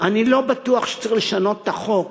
אני לא בטוח שצריך לשנות את החוק,